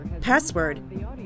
Password